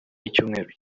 y’icyumweru